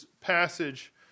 passage